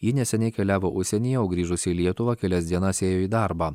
ji neseniai keliavo užsienyje o grįžus į lietuvą kelias dienas ėjo į darbą